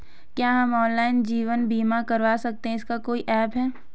क्या हम ऑनलाइन जीवन बीमा करवा सकते हैं इसका कोई ऐप है?